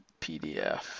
PDF